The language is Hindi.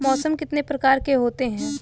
मौसम कितने प्रकार के होते हैं?